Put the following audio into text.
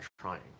trying